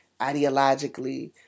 ideologically